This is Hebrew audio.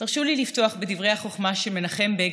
תרשו לי לפתוח בדברי החוכמה של מנחם בגין,